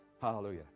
Hallelujah